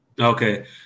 Okay